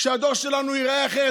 כשהדור שלנו ייראה אחרת,